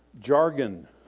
Jargon